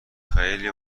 خیلی